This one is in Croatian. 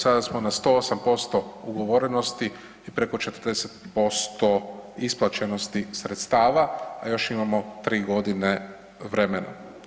Sada smo na 108% ugovorenosti i preko 40% isplaćenosti sredstava, a još imamo tri godine vremena.